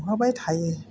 संहोबाय थायो